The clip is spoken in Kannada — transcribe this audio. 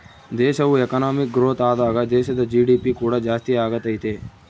ದೇಶವು ಎಕನಾಮಿಕ್ ಗ್ರೋಥ್ ಆದಾಗ ದೇಶದ ಜಿ.ಡಿ.ಪಿ ಕೂಡ ಜಾಸ್ತಿಯಾಗತೈತೆ